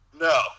No